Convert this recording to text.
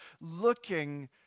looking